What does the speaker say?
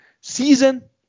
season